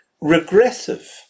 regressive